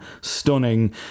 stunning